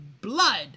blood